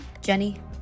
Jenny